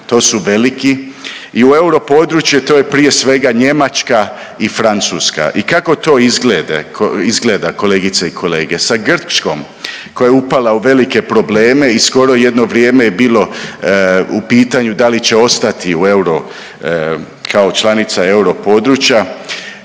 to su veliki i u europodručje to je prije svega Njemačka i Francuska. I kako to izgleda kolegice i kolege? Sa Grčkom koja je upala u velike probleme i skoro je jedno vrijeme bilo u pitanju da li će ostati u euro kao članica euro područja.